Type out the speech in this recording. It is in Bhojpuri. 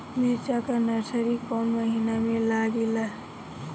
मिरचा का नर्सरी कौने महीना में लागिला?